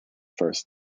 first